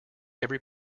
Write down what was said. every